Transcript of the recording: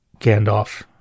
Gandalf